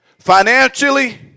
financially